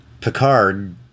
Picard